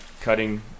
cutting